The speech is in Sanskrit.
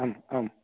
आम् आं